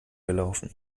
gelaufen